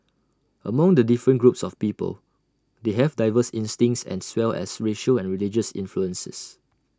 among the different groups of people they have diverse instincts as well as racial and religious influences